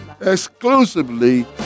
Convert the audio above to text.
exclusively